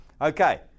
Okay